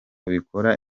bikora